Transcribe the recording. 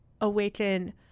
awaken